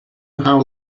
how